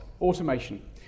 automation